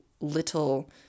little